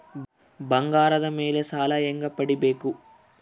ಬಂಗಾರದ ಮೇಲೆ ಸಾಲ ಹೆಂಗ ಪಡಿಬೇಕು?